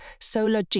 Solar